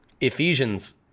Ephesians